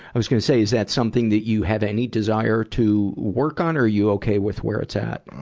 i was gonna say, is that something that you had any desire to work on or are you okay with where it's at?